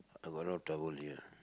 I got no towel here